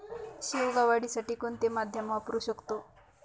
शेवगा वाढीसाठी कोणते माध्यम वापरु शकतो?